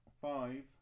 five